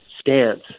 stance